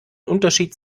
unterschied